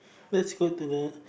let's go to the